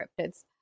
cryptids